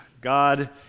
God